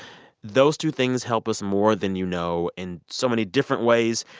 those two things help us more than you know in so many different ways.